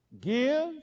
give